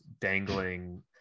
dangling